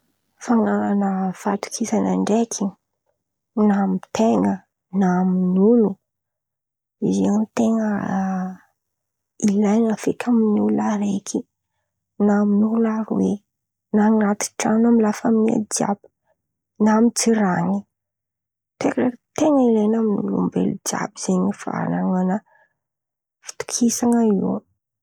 Fanan̈ana fatokisan̈a ndraiky na amy ten̈a na amin'olo io zen̈y ten̈a ilain̈a feky amy olo araiky na amy olo aroe, na an̈aty tran̈o amy lafamy jiàby, na amy jiran̈y, ten̈a ilain̈a amy olombelo jiàby zen̈y fanan̈ana fitokisan̈a io.